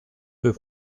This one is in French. peu